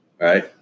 right